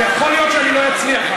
יכול להיות שאני לא אצליח.